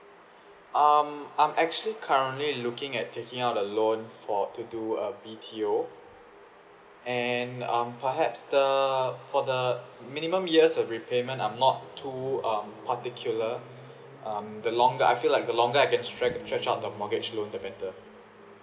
um I'm actually currently looking at taking up the loan for to do uh B_T_O and um perhaps the for the minimum years of repayment I'm not too um particular um the longer I feel like the longer I can stretch stretch out the mortgage loan the better